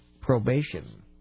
probation